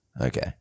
Okay